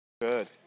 Good